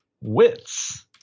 wits